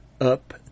up